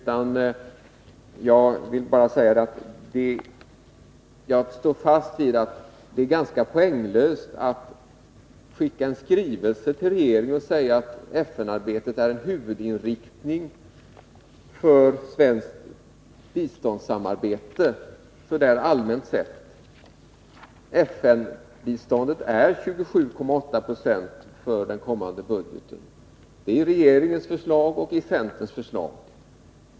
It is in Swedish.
Men jag står fast vid att det är poänglöst att skicka en skrivelse till regeringen och säga att FN-arbetet utgör en huvudinriktning för svenskt biståndssamarbete — så där allmänt sett. FN-biståndet är 27,8 90 av det totala svenska biståndet i den kommande budgeten. Det är regeringens förslag och det är centerns förslag.